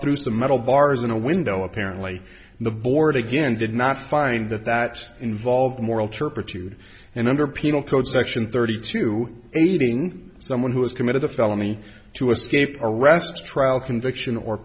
through some metal bars in a window apparently the board again did not find that that involved moral turpitude and under penal code section thirty two aiding someone who has committed a felony to escape arrests trial conviction or